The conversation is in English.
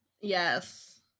Yes